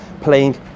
playing